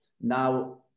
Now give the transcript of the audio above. now